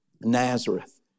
Nazareth